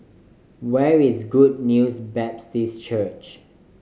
where is Good News Baptist Church